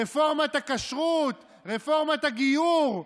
רפורמת הכשרות, רפורמת הגיור.